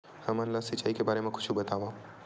हमन ला सिंचाई के बारे मा कुछु बतावव?